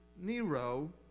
Nero